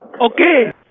Okay